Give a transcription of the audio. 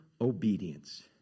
obedience